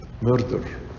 murder